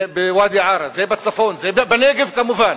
בוואדי-עארה, זה בצפון, זה בנגב כמובן.